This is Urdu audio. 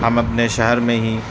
ہم اپنے شہر میں ہی